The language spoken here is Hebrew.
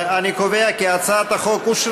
אני קובע כי הצעת החוק התקבלה